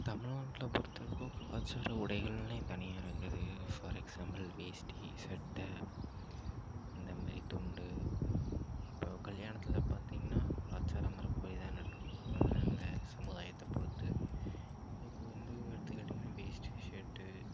தமிழ்நாட்டில் பொறுத்த அளவுக்கு கலாச்சார உடைகள்னே தனியாக இருக்குது ஃபார் எக்ஸ்சாம்புல் வேஷ்டி சட்ட இந்த மாரி துண்டு இப்போ கல்யாணத்தில் பார்த்தீங்ன்னா கலாச்சாரம் இருக்க கூடியதாக அந்த சமுதாயத்தை பொறுத்து இப்போ இந்துன்னு எடுத்துகிட்டீங்கன்னா வேஷ்டி ஷர்ட்டு